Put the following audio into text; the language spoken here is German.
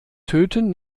töten